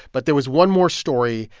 but there was one more story.